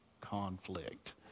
conflict